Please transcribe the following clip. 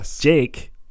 Jake